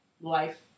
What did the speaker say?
life